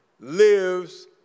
lives